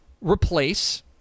replace